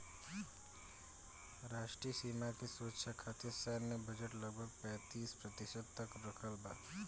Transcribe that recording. राष्ट्रीय सीमा के सुरक्षा खतिर सैन्य बजट लगभग पैंतीस प्रतिशत तक रखल बा